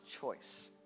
choice